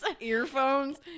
earphones